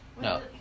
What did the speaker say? No